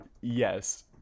yes